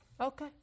Okay